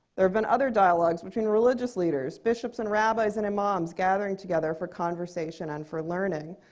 there have been other dialogues between religious leaders, bishops and rabbis and imams gathering together for conversation and for learning.